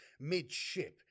mid-ship